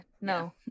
no